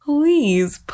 Please